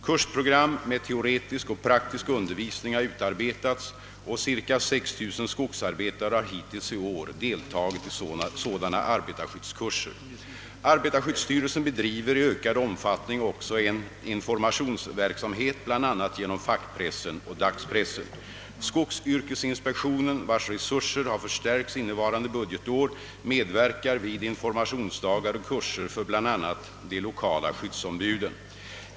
Kursprogram med teoretisk och praktisk undervisning har utarbetats, och ca 6 000 skogsarbetare har hittills i år deltagit i sådana arbetarskyddskurser. - Arbetarskyddsstyrelsen bedriver i ökad omfattning också en informationsverksamhet bl.a. genom fackpressen och dagspressen. Skogsyrkesinspektionen — vars resurser har förstärkts innevarande budgetår — medverkar vid informationsdagar och kurser för bl.a. de lokala skyddsombuden.